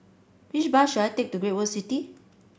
which bus should I take to Great World City